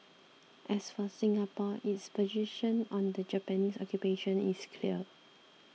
as for Singapore its position on the Japanese occupation is clear